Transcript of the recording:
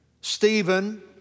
Stephen